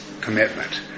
commitment